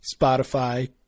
Spotify